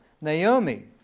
Naomi